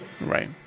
Right